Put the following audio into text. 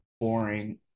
boring